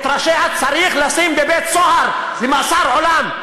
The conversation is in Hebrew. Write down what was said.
את ראשיה צריך לשים בבית-סוהר למאסר עולם,